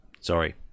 sorry